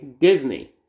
Disney